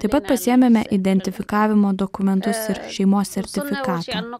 taip pat pasiėmėme identifikavimo dokumentus ir šeimos sertifikatą